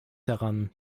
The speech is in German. daran